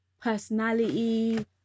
personality